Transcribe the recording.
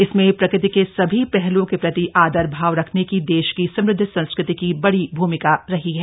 इसमें प्रकृति के सभी पहलुओं के प्रति आदर भाव रखने की देश की समृद्ध संस्कृति की बड़ी भूमिका रही है